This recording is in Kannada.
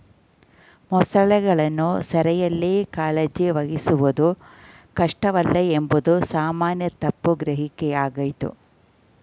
ಮೊಸಳೆಗಳನ್ನು ಸೆರೆಯಲ್ಲಿ ಕಾಳಜಿ ವಹಿಸುವುದು ಕಷ್ಟವಲ್ಲ ಎಂಬುದು ಸಾಮಾನ್ಯ ತಪ್ಪು ಗ್ರಹಿಕೆಯಾಗಯ್ತೆ